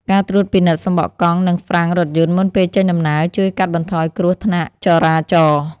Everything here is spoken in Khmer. ការត្រួតពិនិត្យសំបកកង់ និងហ្វ្រាំងរថយន្តមុនពេលចេញដំណើរជួយកាត់បន្ថយគ្រោះថ្នាក់ចរាចរណ៍។